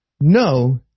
no